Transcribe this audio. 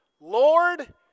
Lord